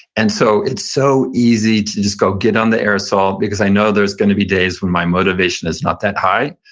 and so it's so easy to just go get on the air assault, because i know there's going to be days when my motivation is not that high,